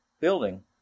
building